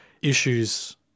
issues